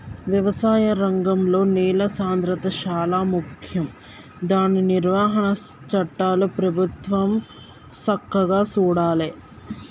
వ్యవసాయ రంగంలో నేల సాంద్రత శాలా ముఖ్యం దాని నిర్వహణ చట్టాలు ప్రభుత్వం సక్కగా చూడాలే